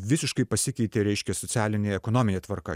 visiškai pasikeitė reiškia socialinė ekonominė tvarka